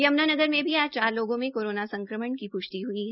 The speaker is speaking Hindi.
यमुनानगर में भी आज चार लोगों में कोरोना संक्रमण की पुष्टि हुई है